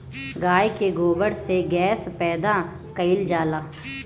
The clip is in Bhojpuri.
गाय के गोबर से गैस पैदा कइल जाला